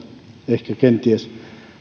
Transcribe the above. ehkä kenties